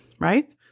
right